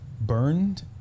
burned